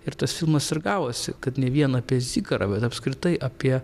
ir tas filmas ir gavosi kad ne vien apie zikarą bet apskritai apie